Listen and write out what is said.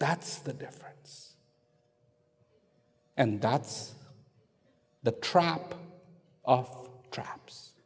that's the difference and that's the trap of traps